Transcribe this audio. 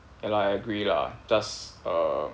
ya lah I agree lah just err